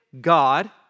God